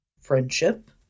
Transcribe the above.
friendship